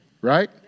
right